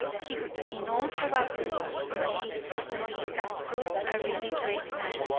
he would in all probability, nay, certainly, have proved a really great man,